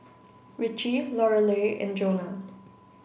Ritchie Lorelei and Joana